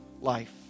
life